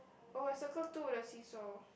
oh I circle two the seasaw